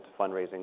fundraising